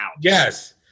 Yes